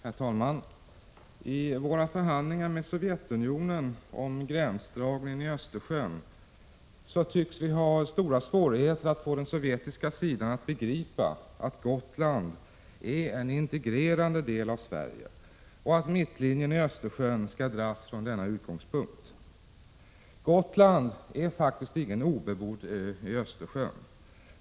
Herr talman! I våra förhandlingar med Sovjetunionen om gränsdragningen i Östersjön tycks vi ha stora svårigheter att få den sovjetiska sidan att begripa att Gotland är en integrerad del av Sverige och att mittlinjen i Östersjön skall dras från denna utgångspunkt. Gotland är faktiskt ingen obebodd ö i Östersjön.